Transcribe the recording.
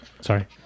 Sorry